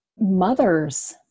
mothers